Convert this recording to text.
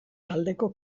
taldeko